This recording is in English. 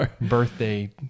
birthday